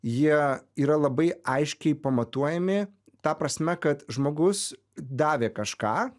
jie yra labai aiškiai pamatuojami ta prasme kad žmogus davė kažką